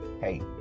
Hey